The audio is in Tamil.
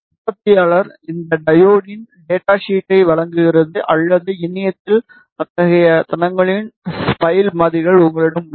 உற்பத்தியாளர் இந்த டையோட்டின் டேட்டா ஷீட்டை வழங்குகிறது அல்லது இணையத்தில் அத்தகைய தனங்களின் ஸ்பைஸ் மாதிரிகள் உங்களிடம் உள்ளது